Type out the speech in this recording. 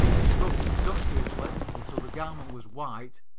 scrubbed industriously until the garment was white,